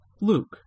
Luke